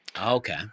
Okay